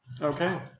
Okay